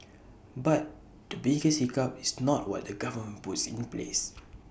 but the biggest hiccup is not what the government puts in place